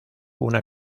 una